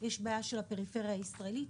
יש בעיה של הפריפריה הישראלית,